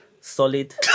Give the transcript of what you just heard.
solid